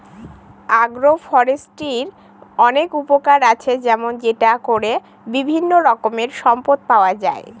আগ্র ফরেষ্ট্রীর অনেক উপকার আসে যেমন সেটা করে বিভিন্ন রকমের সম্পদ পাওয়া যায়